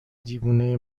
دیوونه